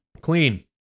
Clean